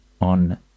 on